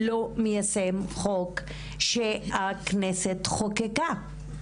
לא מיישם חוק שהכנסת חוקקה.